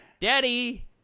Daddy